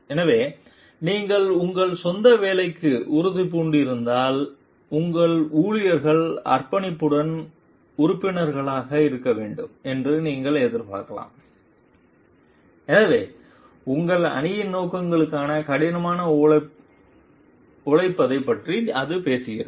எனவே நீங்கள் உங்கள் சொந்த வேலைக்கு உறுதிபூண்டிருந்தால் உங்கள் ஊழியர்கள் அர்ப்பணிப்புடன் உறுப்பினர்களாக இருக்க வேண்டும் என்று நீங்கள் எதிர்பார்க்கலாம் எனவே உங்கள் அணியின் நோக்கங்களுக்காக கடினமாக உழைப்பதைப் பற்றி அது பேசுகிறது